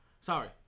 Sorry